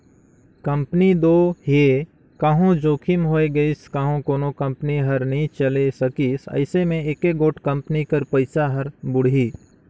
company दो हे कहों जोखिम होए गइस कहों कोनो कंपनी हर नी चले सकिस अइसे में एके गोट कंपनी कर पइसा हर बुड़ही